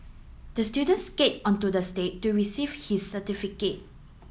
the student skate onto the stage to receive his certificate